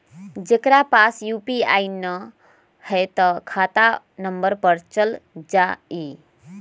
जेकरा पास यू.पी.आई न है त खाता नं पर चल जाह ई?